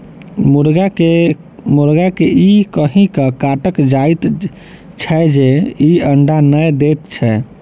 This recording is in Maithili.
मुर्गा के ई कहि क काटल जाइत छै जे ई अंडा नै दैत छै